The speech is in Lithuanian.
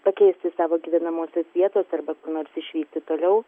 pakeisti savo gyvenamosios vietos arba kur nors išvykti toliau